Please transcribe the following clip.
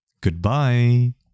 Goodbye